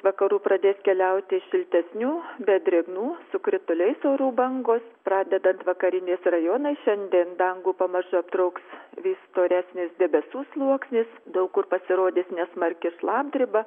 vakarų pradės keliauti šiltesnių bet drėgnų su krituliais orų bangos pradedant vakariniais rajonais šiandien dangų pamažu aptrauks vis storesnis debesų sluoksnis daug kur pasirodys nesmarki šlapdriba